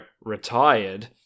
retired